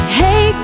hey